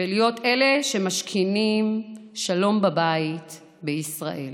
ולהיות אלה שמשכינים שלום בבית, בישראל.